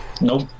Nope